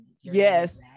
Yes